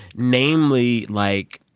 namely, like,